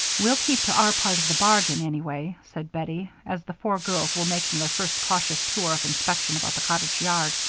we'll keep to our part of the bargain, anyway, said bettie, as the four girls were making their first cautious tour of inspection about the cottage yard.